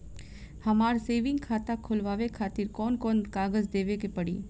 हमार सेविंग खाता खोलवावे खातिर कौन कौन कागज देवे के पड़ी?